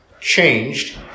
changed